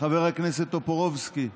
חבר הכנסת טופורובסקי,